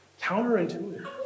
Counterintuitive